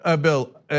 Bill